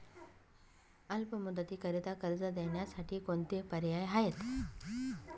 अल्प मुदतीकरीता कर्ज देण्यासाठी कोणते पर्याय आहेत?